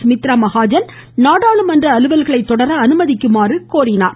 சுமித்ரா மகாஜன் நாடாளுமன்ற அலுவல்களை தொடர அனுமதிக்குமாறு கோரினார்